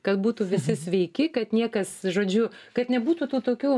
kad būtų visi sveiki kad niekas žodžiu kad nebūtų tų tokių